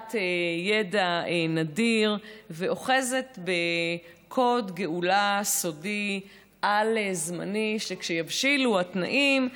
בעלת ידע נדיר ואוחזת בקוד גאולה סודי על-זמני וכשיבשילו התנאים,